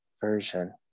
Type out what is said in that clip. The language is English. version